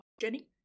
Jenny